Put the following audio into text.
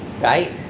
right